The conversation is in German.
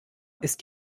ist